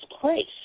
place